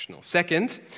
Second